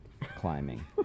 climbing